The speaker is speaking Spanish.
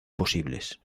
posibles